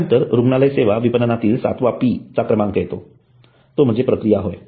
त्यानंतर रुग्णालय सेवा विपणनातील सातवा P चा क्रमांक येतो तो म्हणजे प्रक्रिया होय